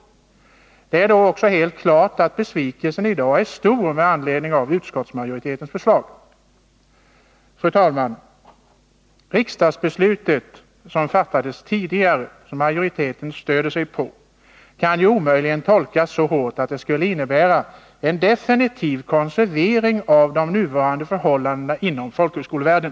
Det är då också helt klart att besvikelsen i dag är stor med anledning av utskottets majoritetsförslag. Fru talman! Det tidigare riksdagsbeslutet som majoriteten stöder sig på kan omöjligen tolkas så hårt att det skulle innebära en definitiv konservering av de nuvarande förhållandena inom folkhögskolevärlden.